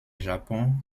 japon